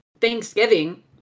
Thanksgiving